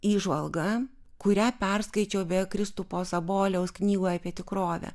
įžvalgą kurią perskaičiau beje kristupo saboliaus knygoje apie tikrovę